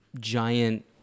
giant